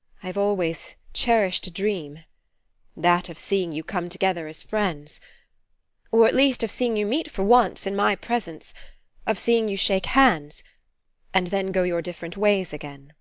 i have always cherished a dream that of seeing you come together as friends or at least of seeing you meet for once in my presence of seeing you shake hands and then go your different ways again.